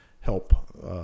help